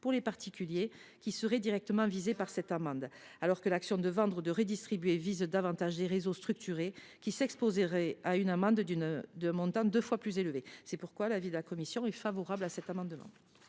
pour les particuliers qui seraient directement visés par cette amende, alors que l’action de vendre ou de redistribuer vise davantage des réseaux structurés, qui s’exposeraient à une amende d’un montant deux fois plus élevé. C’est pourquoi la commission émet un avis favorable sur cet amendement.